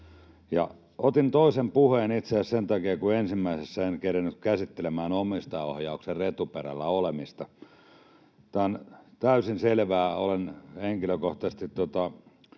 Otin toisen puheen itse asiassa sen takia, kun ensimmäisessä en kerennyt käsittelemään omistajaohjauksen retuperällä olemista. Tämä on täysin selvää. Olen henkilökohtaisesti